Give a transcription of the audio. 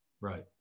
Right